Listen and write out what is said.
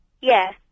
Yes